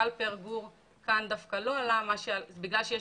וכנ"ל בגורים שלהן.